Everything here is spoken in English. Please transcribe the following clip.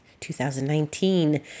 2019